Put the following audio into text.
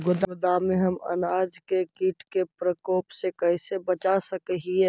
गोदाम में हम अनाज के किट के प्रकोप से कैसे बचा सक हिय?